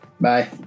Bye